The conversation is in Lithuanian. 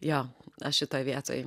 jo aš šitoj vietoj